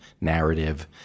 narrative